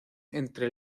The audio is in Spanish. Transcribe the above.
entre